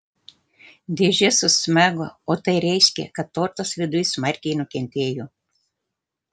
dėžė susmego o tai reiškė kad tortas viduj smarkiai nukentėjo